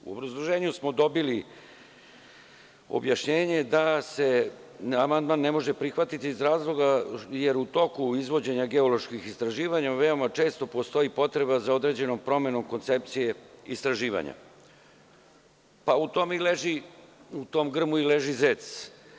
U obrazloženju smo dobili objašnjenje da se amandman ne može prihvatiti iz razloga jer u toku izvođenja geoloških istraživanja veoma često postoji potreba za određenom promenom koncepcije istraživanja, pa u tom grmu i leži zec.